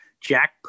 Jack